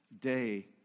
day